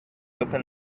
opened